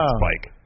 spike